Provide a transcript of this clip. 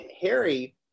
Harry